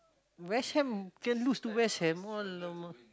West Ham can lose to West Ham !alamak!